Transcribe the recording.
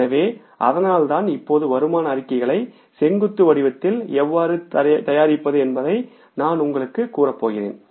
எனவே அதனால்தான் இப்போது வருமான அறிக்கைகளை செங்குத்து வடிவத்தில் எவ்வாறு தயாரிப்பது என்பதை நான் உங்களுக்குக் கூறப்போகிறேன்